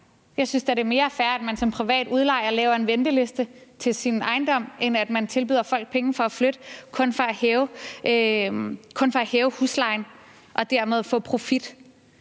Jeg synes da, det er mere fair, at man som privat udlejer laver en venteliste til sin ejendom, end at man tilbyder folk penge for at flytte kun for at hæve huslejen og dermed få profit.